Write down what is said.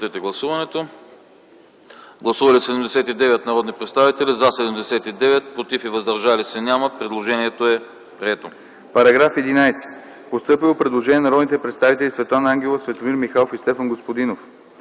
По § 28 е постъпило предложение на народните представители Светлана Ангелова, Светомир Михайлов и Стефан Господинов.